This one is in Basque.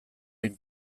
hain